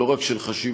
לא רק של חשיבותו,